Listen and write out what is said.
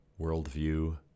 worldview